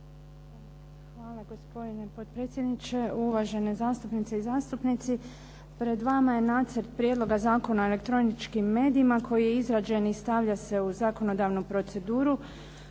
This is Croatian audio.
Hvala, gospodine potpredsjedniče. Uvažene zastupnice i zastupnici. Pred vama je Nacrt prijedloga Zakona o elektroničkim medijima koji je izrađen i stavljen se u zakonodavnu proceduru